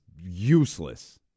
useless